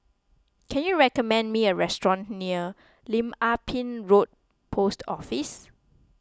can you recommend me a restaurant near Lim Ah Pin Road Post Office